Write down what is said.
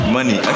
Money